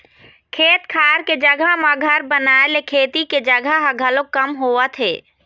खेत खार के जघा म घर बनाए ले खेती के जघा ह घलोक कम होवत हे